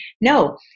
no